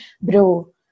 bro